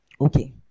Okay